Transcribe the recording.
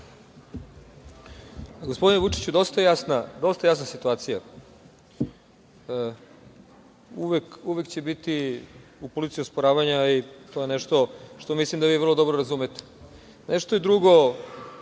Gospodine Vučiću, dosta jasna situacije. Uvek će biti u politici osporavanja i to je nešto što vi vrlo dobro razumete. Nešto je drugo